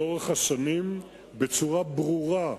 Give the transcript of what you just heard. לאורך השנים, בצורה ברורה,